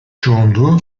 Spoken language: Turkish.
çoğunluğu